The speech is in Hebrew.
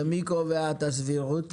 מי קובע את הסבירות?